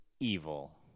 evil